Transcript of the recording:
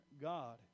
God